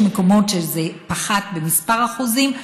יש מקומות שזה פחת בכמה אחוזים,